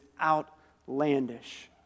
outlandish